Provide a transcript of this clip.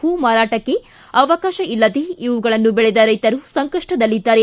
ಹೂ ಮಾರಾಟಕ್ಕೆ ಅವಕಾಶ ಇಲ್ಲದೆ ಇವುಗಳನ್ನು ಬೆಳೆದ ರೈತರು ಸಂಕಷ್ಷದಲ್ಲಿದ್ದಾರೆ